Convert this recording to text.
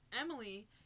Emily